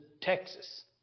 Texas